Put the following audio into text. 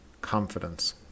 confidence